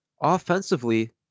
Offensively